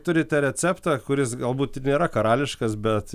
turite receptą kuris galbūt ir nėra karališkas bet